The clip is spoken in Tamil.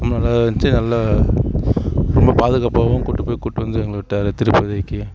ரொம்ப நல்லாவே இருந்துச்சி நல்லா ரொம்ப பாதுகாப்பாகவும் கூட்டு போய் கூட்டு வந்து எங்களை விட்டார் திருப்பதிக்கு